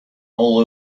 all